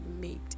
made